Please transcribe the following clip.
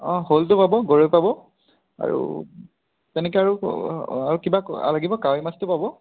অঁ শ'লটো পাব গৰৈ পাব আৰু এনেকৈ আৰু কিবা লাগিব কাৱৈ মাছটো পাব